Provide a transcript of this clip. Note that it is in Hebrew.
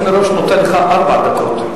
אני מראש נותן לך ארבע דקות.